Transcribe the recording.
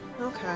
Okay